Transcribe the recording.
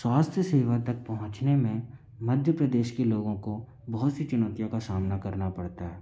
स्वास्थ्य सेवा तक पहुँचने में मध्य प्रदेश के लोगों को बहुत सी चुनौतियों का सामना करना पड़ता है